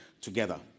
together